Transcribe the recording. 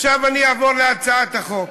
עכשיו אני אעבור להצעת החוק.